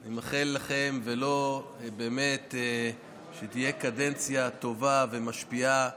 אני מאחל לכם ולו באמת שתהיה קדנציה טובה ומשפיעה